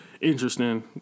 Interesting